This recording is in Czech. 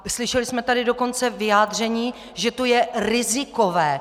Slyšeli jsme tady dokonce vyjádření, že to je rizikové.